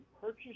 purchase